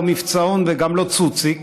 לא מבצעון וגם לא צוציק,